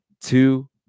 two